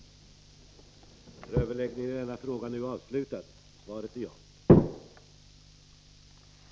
nas behov av fortbildning